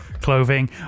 clothing